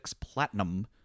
Platinum